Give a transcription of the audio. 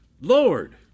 Lord